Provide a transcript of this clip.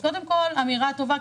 אז קודם כל אמירה טובה,